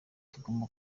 tugomba